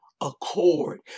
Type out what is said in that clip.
accord